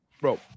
bro